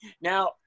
now